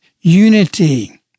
Unity